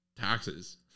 taxes